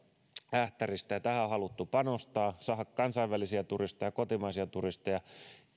ähtäristä ja tähän on haluttu panostaa saada kansainvälisiä turisteja kotimaisia turisteja